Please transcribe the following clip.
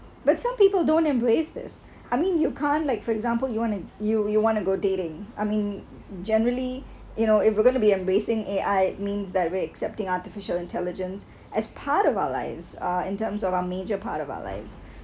but some people don't embrace this I mean you can't like for example you want and you you want to go dating I mean generally you know if we're going to be embracing a I means that very accepting artificial intelligence as part of our lives uh in terms of our major part of our lives